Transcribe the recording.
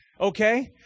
Okay